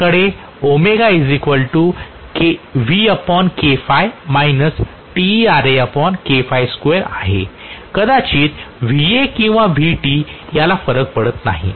माझ्याकडे ω आहे कदाचित Va किंवा Vt याला फरक पडत नाही